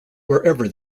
wherever